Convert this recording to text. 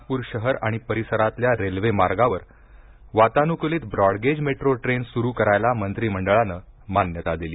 नागपूर शहर आणि परिसरातल्या रेल्वे मार्गावर वातानुकुलित ब्रॉडगेज मेट्रो ट्रेन सुरु करायला मंत्रिमंडळाने मान्यता दिली